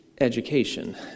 Education